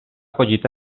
collita